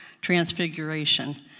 transfiguration